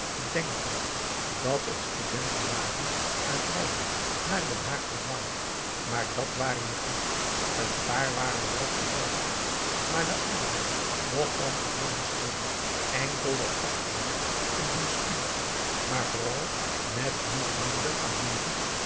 denkend dat het studenten waren uit leiden naar den haag verdwaald maar dat waren het niet een paar eel waren wel te delft maar de anderen nog van gewone scholen enkel wat achterlijk in hun studie maar vooral met niet minder allures